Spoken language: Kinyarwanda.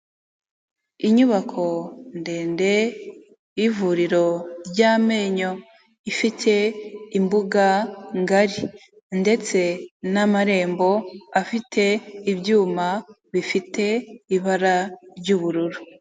Inyubako ndende y'ivuriro ry'amenyo ifite imbuga ngari ndetse n'amarembo afite ibyuma bifite ibara ry'ubururu.